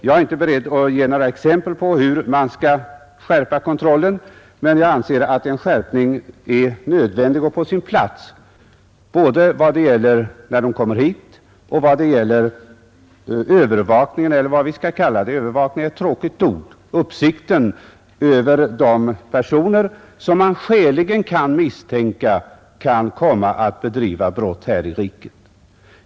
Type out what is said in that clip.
Jag är inte beredd att ge några exempel på hur man skall skärpa kontrollen, men jag anser att en skärpning är nödvändig och på sin plats både när flyktingarna kommer hit och när det gäller uppsikten — jag skall inte säga övervakningen, ty det är ett tråkigt ord — över de personer som man skäligen kan misstänka skulle komma att begå brott här i riket.